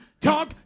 talk